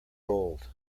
gold